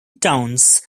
towns